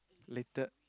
later